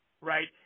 right